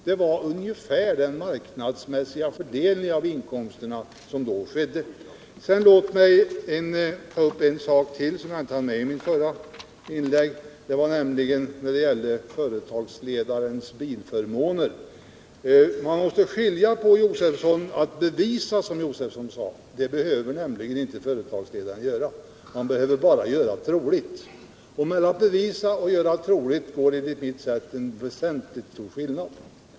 Det var ungefär en marknadsmässig fördelning av inkomsterna. Låt mig sedan ta upp en sak som jag inte hann med i mitt förra inlägg och som gäller företagsledarens bilförmåner. Man måste skilja på att kunna bevisa och göra troligt, som Stig Josefson sade. Företagsledaren behöver nämligen inte bevisa; han behöver bara göra troligt. Det är enligt mitt sätt att se en väsentlig skillnad.